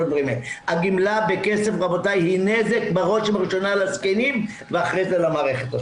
הגימלה בכסף רבותי היא נזק בראש ובראשונה לזקנים ואחרי זה למערכת.